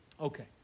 Okay